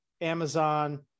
amazon